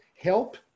help